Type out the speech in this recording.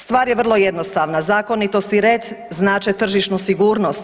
Stvar je vrlo jednostavna, zakonitost i red znače tržišnu sigurnost.